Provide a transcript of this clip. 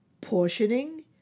portioning